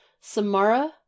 Samara